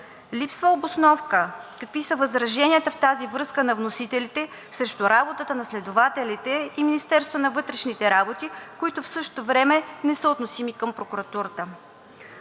Липсва обосновка какви са възраженията в тази връзка на вносителите срещу работата на следователите и Министерството на вътрешните работи, които в същото време не са относими към прокуратурата.